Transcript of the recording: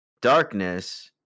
darkness